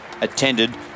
attended